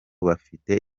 bafite